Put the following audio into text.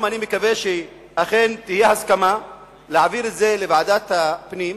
אני מקווה שהיום אכן תהיה הסכמה להעביר את זה לוועדת הפנים,